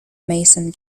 mason